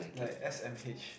like s_m_h